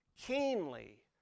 keenly